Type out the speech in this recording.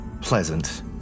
pleasant